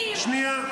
שנתחיל עם החיילים?